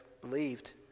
believed